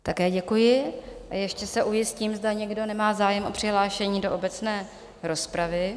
Také děkuji a ještě se ujistím, zda někdo nemá zájem o přihlášení do obecné rozpravy?